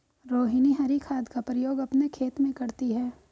रोहिनी हरी खाद का प्रयोग अपने खेत में करती है